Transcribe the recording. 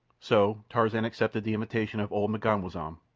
so tarzan accepted the invitation of old m'ganwazam,